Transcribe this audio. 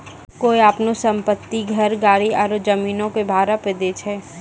कोय अपनो सम्पति, घर, गाड़ी आरु जमीनो के भाड़ा पे दै छै?